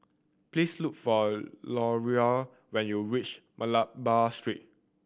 please look for Leroy when you reach Malabar Street